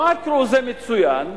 במקרו זה מצוין,